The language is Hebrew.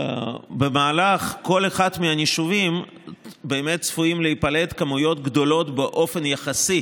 במהלך כל אחד מהנישובים באמת צפויות להיפלט כמויות גדולות באופן יחסי